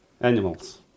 Animals